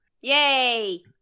Yay